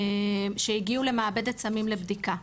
שהגיעו למעבדת סמים לבדיקה,